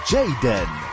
Jaden